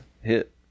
hit